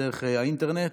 דרך האינטרנט.